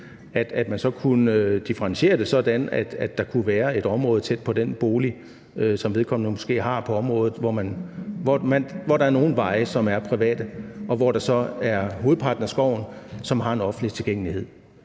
så man kunne differentiere det, sådan at der kunne være et område tæt på den bolig, som vedkommende måske har på området, hvor der er nogle veje, som er private, og hvor så hovedparten af skoven har en offentlig tilgængelighed.